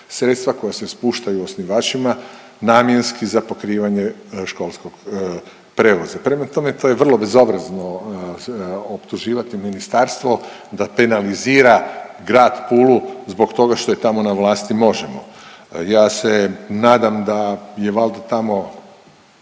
sredstva koja se spuštaju osnivačima namjenski za pokrivanje školskog prijevoza. Prema tome to je vrlo bezobrazno optuživati ministarstvo da penalizira grad Pulu zbog toga što je tamo na vlasti Možemo! Ja se nadam da je valjda tamo,